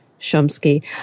Shumsky